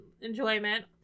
enjoyment